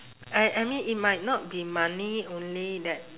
I I mean it might not be money only that